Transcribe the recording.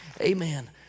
Amen